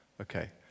Okay